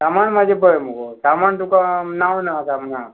सामान म्हाजें पळय मुगो सामाण तुका नांव ना सामाना